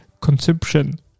consumption